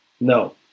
No